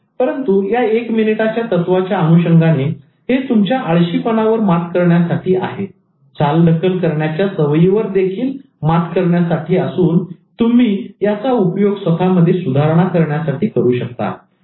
परंतु या एक मिनिट तत्वाच्या अनुषंगाने हे तुमच्या आळशीपणा वर मात करण्यासाठी आहे आणि चालढकल करण्याच्या सवयी वर देखील मात करण्यासाठी असून तुम्ही याचा उपयोग स्वतःमध्ये सुधारणा करण्यासाठी करू शकता